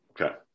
okay